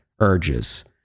urges